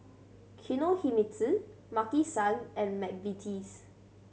Kinohimitsu Maki San and McVitie's